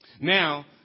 Now